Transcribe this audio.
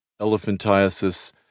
elephantiasis